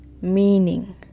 meaning